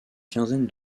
quinzaine